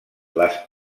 les